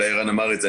אולי ערן אמר את זה.